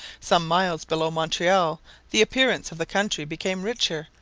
some miles below montreal the appearance of the country became richer,